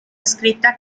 escrita